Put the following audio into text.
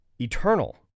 eternal